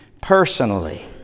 personally